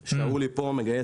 אתם בעצם גיוס המונים.